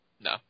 No